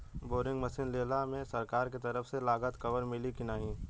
Boring machine लेला मे सरकार के तरफ से लागत कवर मिली की नाही?